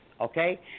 okay